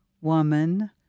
woman